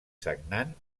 sagnant